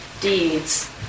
deeds